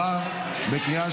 כנוסח הוועדה, עבר בקריאה שנייה.